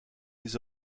les